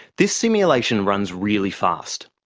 this simulation runs really fast.